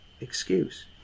excuse